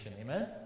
Amen